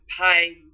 pain